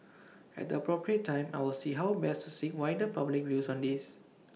at the appropriate time I will see how best to seek wider public views on this